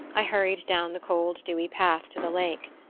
i hurried down the cold dewy path to the lake.